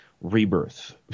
Rebirth